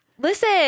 Listen